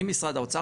ממשרד האוצר,